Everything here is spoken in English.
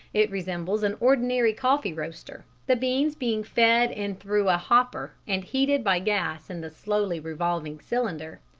it resembles an ordinary coffee roaster, the beans being fed in through a hopper and heated by gas in the slowly revolving cylinder.